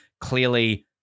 clearly